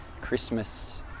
Christmas